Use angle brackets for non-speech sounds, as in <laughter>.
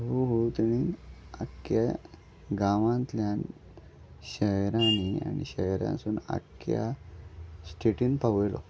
हळू हळू तेणी आख्या गांवांतल्यान शहरांनी आनी शहरासून आख्ख्या स्टेटीन पावयलो आतां <unintelligible>